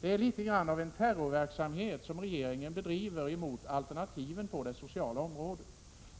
Det är något av en terrorverksamhet som regeringen bedriver mot alternativen på det sociala området.